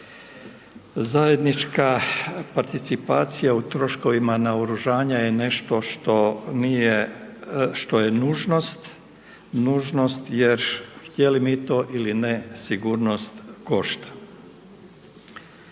Zajednička participacija u troškovima naoružanja je nešto što nije, što je nužnost, nužnost jer htjeli mi to ili ne, sigurnost košta.